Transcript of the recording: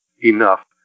enough